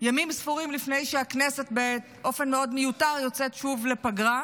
ימים ספורים לפני שהכנסת באופן מאוד מיותר יוצאת שוב לפגרה.